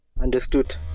Understood